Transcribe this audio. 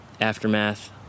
aftermath